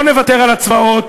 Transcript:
לא נוותר על הצבאות